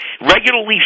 Regularly